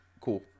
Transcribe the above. cool